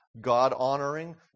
God-honoring